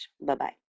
Bye-bye